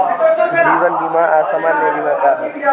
जीवन बीमा आ सामान्य बीमा का ह?